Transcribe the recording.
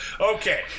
Okay